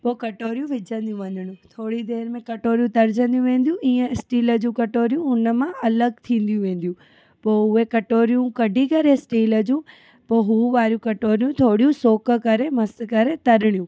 पो कटोरियूं विझंदियूं वञणियूं थोरी देरि में कटोरियूं तरजंदियूं वेंदियूं ईअं स्टील जूं कटोरियूं उन मां अलॻि थींदियूं वेंदियूं पोइ उहे कटोरियूं कढी करे स्टील जूं पोइ उहो वारियूं कटोरियूं थोरियूं सोक करे मस्त करे तरणियूं